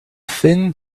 thin